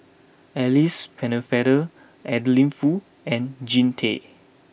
Alice Pennefather Adeline Foo and Jean Tay